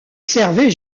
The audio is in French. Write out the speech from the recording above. servait